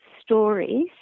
stories